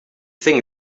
thing